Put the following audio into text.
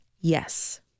Yes